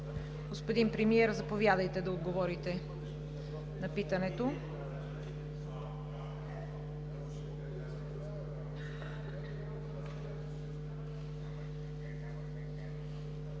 Господин Премиер, заповядайте да отговорите на питането.